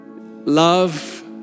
Love